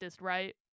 right